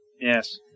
Yes